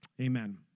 Amen